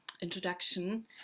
introduction